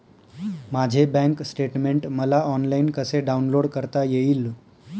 माझे bank statement मला online कसे डाउनलोड करता येईल?